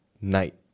night